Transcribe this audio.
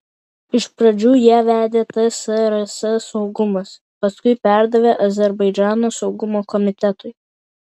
iš pradžių ją vedė tsrs saugumas paskui perdavė azerbaidžano saugumo komitetui